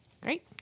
Great